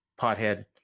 pothead